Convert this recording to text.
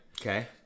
Okay